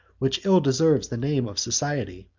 which ill deserves the name of society,